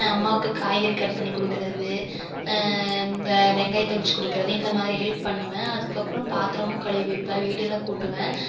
அம்மாவுக்கு காய்கறி கட் பண்ணி கொடுக்குறது வெங்காயத்தை உரிச்சு கொடுக்குறது இந்த மாதிரி ஹெல்ப் பண்ணுவேன் அதுக்கப்புறம் பாத்திரமும் கழுவி வைப்பேன் வீடெல்லாம் கூட்டுவேன்